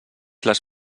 les